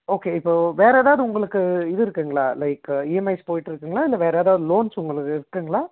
okay இப்போ வேறு ஏதாவது உங்களுக்கு இது இருக்குங்களா லைக் இஎம்ஐஸ் போயிட்ருக்குங்களா இல்லை வேறு ஏதாவது லோன்ஸ் உங்களுது இருக்குங்களா